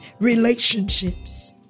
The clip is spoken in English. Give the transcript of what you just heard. relationships